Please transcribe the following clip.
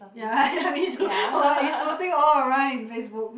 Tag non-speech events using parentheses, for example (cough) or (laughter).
ya (laughs) yeah me too (breath) it's floating all around in Facebook